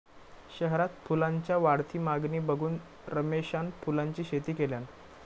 शहरात फुलांच्या वाढती मागणी बघून रमेशान फुलांची शेती केल्यान